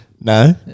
no